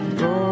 go